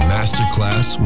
Masterclass